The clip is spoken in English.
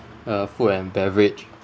uh food and beverage